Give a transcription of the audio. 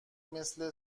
مثل